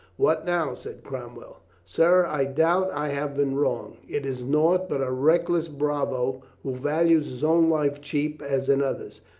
what now? said cromwell. sir, i doubt i have been wrong. it is naught but a reckless bravo who values his own life cheap as another's.